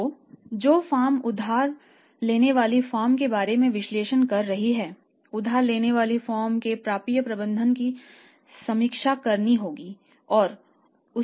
तो जो फर्म उधार लेने वाली फर्म के बारे में विश्लेषण कर रही है उधार लेने वाली फर्म के प्राप्य प्रबंधन की समीक्षा करनी होगी और उसका विश्लेषण करना होगा